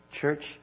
Church